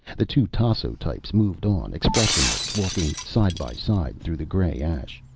the two tasso types moved on, expressionless, walking side by side, through the gray ash.